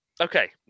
Okay